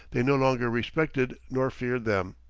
they no longer respected nor feared them.